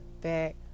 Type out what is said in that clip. back